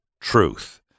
truth